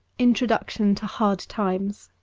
introduction to hard times